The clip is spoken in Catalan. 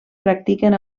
practiquen